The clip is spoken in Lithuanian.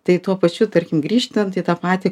tai tuo pačiu tarkim grįžtant į tą patį